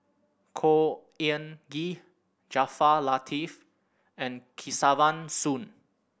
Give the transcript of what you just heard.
Khor Ean Ghee Jaafar Latiff and Kesavan Soon